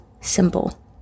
simple